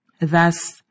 Thus